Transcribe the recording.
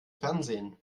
fernsehen